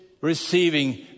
receiving